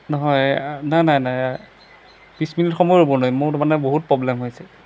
নহয় নাই নাই নাই বিছ মিনিট সময় ৰ'ব নোৱাৰিম মোৰ মানে বহুত প্ৰব্লেম হৈছে